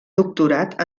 doctorat